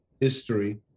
history